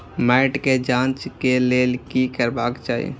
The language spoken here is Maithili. मैट के जांच के लेल कि करबाक चाही?